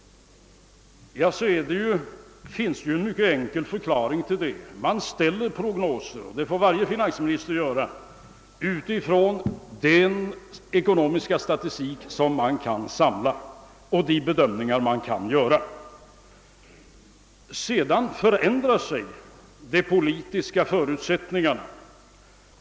Men det finns en mycket enkel förklaring till det. Varje finansminister måste ju göra upp prognoser och det sker med utgångspunkt från den ekonomiska statistik han kan insamla och de bedömningar han kan göra. Sedan förändrar sig kanske de politiska och ekonomiska förutsättningarna.